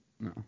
No